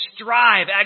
strive